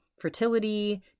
fertility